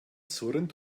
surrend